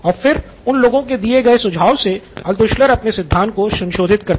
और फिर उन लोगों के दिये गए सुझाव से अल्त्शुलर अपने सिद्धांत को संशोधित करते